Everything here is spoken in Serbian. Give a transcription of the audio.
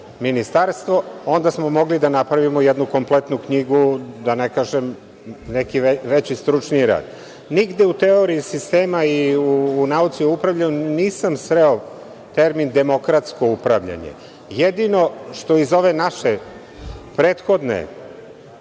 ministarstvo onda smo mogli da napravimo jednu kompletnu knjigu, da ne kažem, neki veći stručni rad. Nigde u teoriji sistema i u nauci o upravljanju nisam sreo termin demokratsko upravljanje. Jedino što iz ovog našeg prethodnog